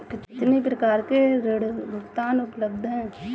कितनी प्रकार के ऋण भुगतान उपलब्ध हैं?